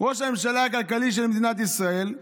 ראש הממשלה הכלכלי של מדינת ישראל,